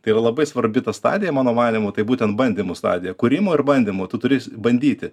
tai labai yra labai svarbi ta stadija mano manymu tai būtent bandymų stadija kūrimo ir bandymo tu turi bandyti